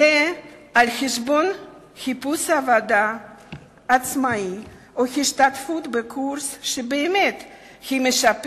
זה על-חשבון חיפוש עבודה עצמאי או השתתפות בקורס שבאמת היה משפר